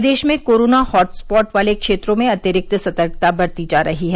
प्रदेश में corona hotspot वाले क्षेत्रों में अतिरिक्त सतर्कता बरती जा रही है